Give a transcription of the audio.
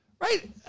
right